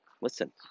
Listen